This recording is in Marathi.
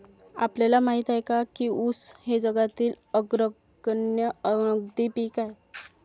आपल्याला माहित आहे काय की ऊस हे जगातील अग्रगण्य नगदी पीक आहे?